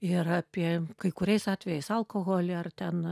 ir apie kai kuriais atvejais alkoholį ar ten